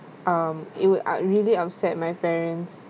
um it would ah really upset my parents